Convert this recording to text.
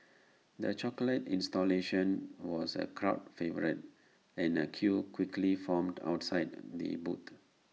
the chocolate installation was A crowd favourite and A queue quickly formed outside the booth